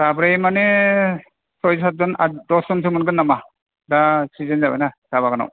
साब्रै माने सय साथ जन आथ दस जनसो मोनगोन नामा दा सिजन जाबायना साहा बागानाव